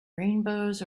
rainbows